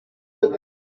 bored